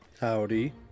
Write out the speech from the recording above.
Howdy